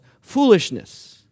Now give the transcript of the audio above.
foolishness